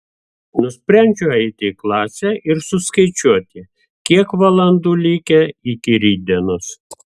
nusprendžiu eiti į klasę ir suskaičiuoti kiek valandų likę iki rytdienos